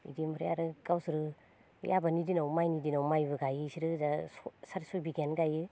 इदि ओमफ्राय आरो गावसोरो बै आबादनि दिनाव माइनि दिनाव माइबो गायो इसोरो जा साराय सयबिगायानो गायो